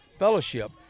fellowship